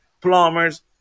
plumbers